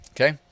Okay